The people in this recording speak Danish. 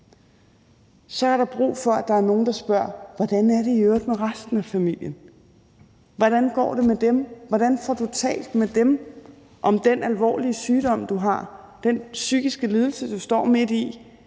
så er der brug for, at der er nogen, der spørger: Hvordan er det i øvrigt med resten af familien? Hvordan går det med dem? Hvordan får du talt med dem om den alvorlige sygdom, du har, den psykiske lidelse, du står midt i?